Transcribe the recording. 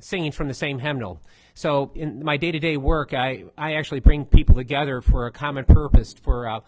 singing from the same hymnal so in my day to day work i i actually bring people together for a common purpose for